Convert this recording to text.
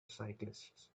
cyclists